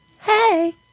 Hey